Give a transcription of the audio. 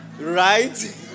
Right